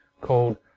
called